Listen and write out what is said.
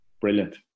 brilliant